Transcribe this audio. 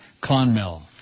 Clonmel